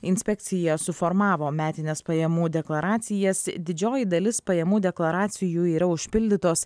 inspekcija suformavo metines pajamų deklaracijas didžioji dalis pajamų deklaracijų yra užpildytos